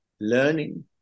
Learning